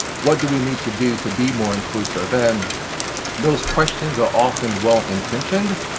what do we need to do to be more inclusive? and those questions are often well intentioned,